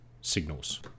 signals